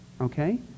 okay